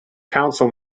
council